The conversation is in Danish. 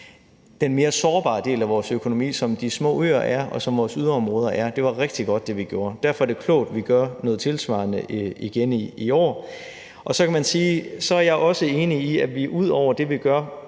den mere sårbare del af vores økonomi, som de små øer er, og som vores yderområder er. Det, vi gjorde, var rigtig godt. Derfor er det klogt, at vi gør noget tilsvarende igen i år. Og så er jeg også enig i, at vi ud over det, vi gør